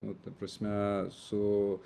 nu ta prasme su